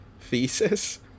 thesis